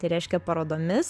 tai reiškia parodomis